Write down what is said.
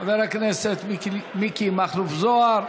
חבר הכנסת מיקי מכלוף זוהר.